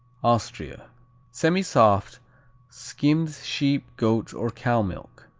austria semisoft skimmed sheep, goat or cow milk.